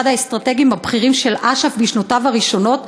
אחד האסטרטגים הבכירים של אש"ף בשנותיו הראשונות.